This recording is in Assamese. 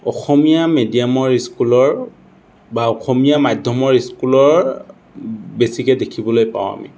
অসমীয়া মেডিয়ামৰ স্কুলৰ বা অসমীয়া মাধ্যমৰ স্কুলৰ বেছিকৈ দেখিবলৈ পাওঁ আমি